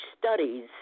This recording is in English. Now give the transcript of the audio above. studies